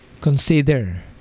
consider